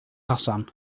hassan